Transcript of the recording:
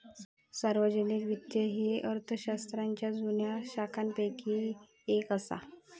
सार्वजनिक वित्त ही अर्थशास्त्राच्या जुन्या शाखांपैकी येक असा